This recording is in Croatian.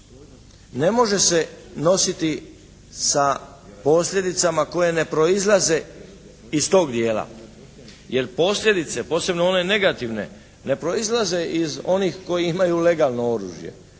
ne može se nositi sa posljedicama koje ne proizlaze iz tog dijela. Jer posljedice posebno one negativne ne proizlaze iz onih koji imaju legalno oružje.